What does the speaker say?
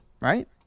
Right